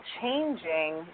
changing